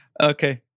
Okay